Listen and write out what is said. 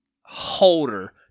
holder